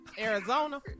Arizona